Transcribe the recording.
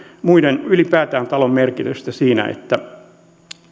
muiden merkitystä ylipäätään talon merkitystä siinä että